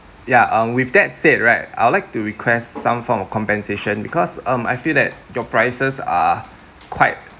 ya uh with that said right I'd like to request some form of compensation because um I feel that your prices are quite